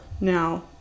now